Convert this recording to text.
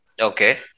Okay